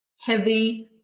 heavy